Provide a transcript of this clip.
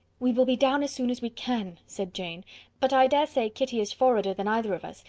we will be down as soon as we can, said jane but i dare say kitty is forwarder than either of us,